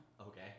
okay